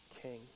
king